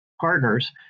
partners